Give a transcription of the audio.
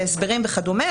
בהסברים וכדומה.